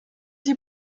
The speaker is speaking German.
die